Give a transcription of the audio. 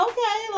Okay